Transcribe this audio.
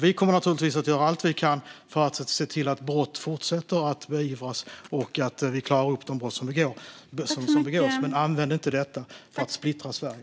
Vi kommer att göra allt vi kan för att se till att man fortsätter att beivra brott och att vi klarar upp de brott som begås. Men använd inte detta för att splittra Sverige.